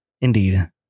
Indeed